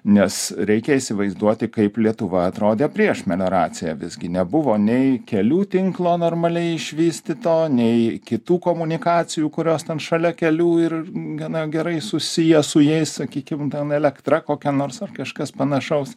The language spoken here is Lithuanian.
nes reikia įsivaizduoti kaip lietuva atrodė prieš melioraciją visgi nebuvo nei kelių tinklo normaliai išvystyto nei kitų komunikacijų kurios ten šalia kelių ir gana gerai susiję su jais sakykim ten elektra kokia nors ar kažkas panašaus